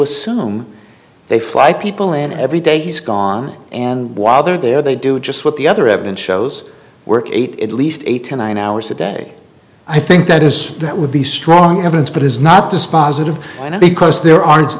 assume they fly people in every day he's gone and while they're there they do just what the other evidence shows work ate at least eight or nine hours a day i think that is that would be strong evidence but it's not dispositive i know because there aren't